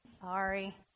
Sorry